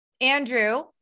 Andrew